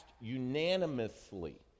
unanimously